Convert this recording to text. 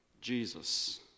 Jesus